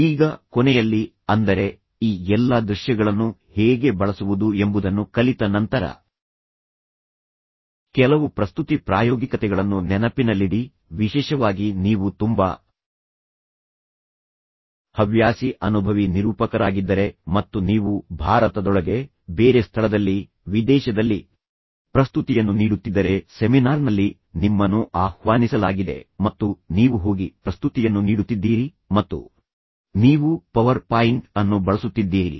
ಈಗ ಕೊನೆಯಲ್ಲಿ ಅಂದರೆ ಈ ಎಲ್ಲಾ ದೃಶ್ಯಗಳನ್ನು ಹೇಗೆ ಬಳಸುವುದು ಎಂಬುದನ್ನು ಕಲಿತ ನಂತರ ಕೆಲವು ಪ್ರಸ್ತುತಿ ಪ್ರಾಯೋಗಿಕತೆಗಳನ್ನು ನೆನಪಿನಲ್ಲಿಡಿ ವಿಶೇಷವಾಗಿ ನೀವು ತುಂಬಾ ಹವ್ಯಾಸಿ ಅನನುಭವಿ ನಿರೂಪಕರಾಗಿದ್ದರೆ ಮತ್ತು ನೀವು ಭಾರತದೊಳಗೆ ಬೇರೆ ಸ್ಥಳದಲ್ಲಿ ವಿದೇಶದಲ್ಲಿ ಪ್ರಸ್ತುತಿಯನ್ನು ನೀಡುತ್ತಿದ್ದರೆ ಸೆಮಿನಾರ್ನಲ್ಲಿ ನಿಮ್ಮನ್ನು ಆಹ್ವಾನಿಸಲಾಗಿದೆ ಮತ್ತು ನೀವು ಹೋಗಿ ಪ್ರಸ್ತುತಿಯನ್ನು ನೀಡುತ್ತಿದ್ದೀರಿ ಮತ್ತು ನೀವು ಪವರ್ ಪಾಯಿಂಟ್ ಅನ್ನು ಬಳಸುತ್ತಿದ್ದೀರಿ